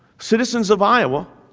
citizens of iowa